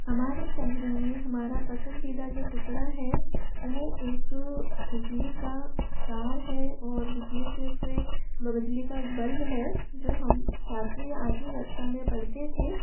हमारे संग्रह में हमारा पसंदीदा जो टुकड़ा है वह एक बिजली का तार है और बिजली के से बिजली का एक बल्ब है जो हम सातवी या आठवी कक्षा में पढ़ते थे